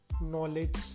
knowledge